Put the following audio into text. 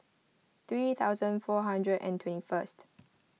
three thousand four hundred and twenty first